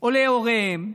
או להוריהם,